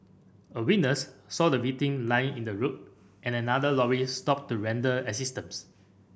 a witness saw the victim lying in the road and another lorry stopped to render assistance